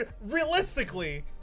realistically